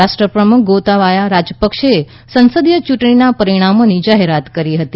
રાષ્ટ્રપ્રમુખ ગોતાબાયા રાજપક્સે એ સંસદીય ચૂંટણીના પરિણામોની જાહેરાત કરી હતી